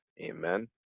Amen